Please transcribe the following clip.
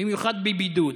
במיוחד בבידוד.